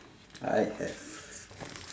I have